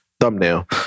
thumbnail